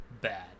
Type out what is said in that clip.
bad